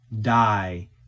die